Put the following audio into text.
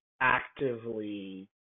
actively